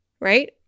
Right